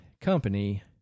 company